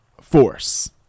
force